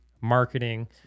marketing